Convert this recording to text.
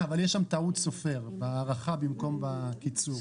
יש שם טעות סופר, בהארכה במקום בקיצור.